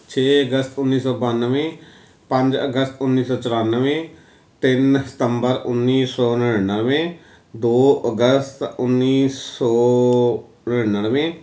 ਛੇ ਅਗਸਤ ਉੱਨੀ ਸੌ ਬਾਨਵੇਂ ਪੰਜ ਅਗਸਤ ਉੱਨੀ ਸੌ ਚੁਰਾਨਵੇਂ ਤਿੰਨ ਸਤੰਬਰ ਉੱਨੀ ਸੌ ਨੜ੍ਹਿਨਵੇਂ ਦੋ ਅਗਸਤ ਉੱਨੀ ਸੌ ਨੜਿਨਵੇਂ